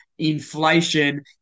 inflation